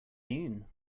mean